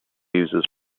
users